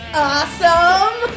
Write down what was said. awesome